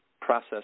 process